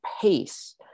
pace